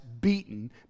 beaten